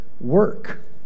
work